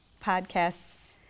podcasts